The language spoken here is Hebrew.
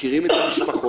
מכירים את המשפחות.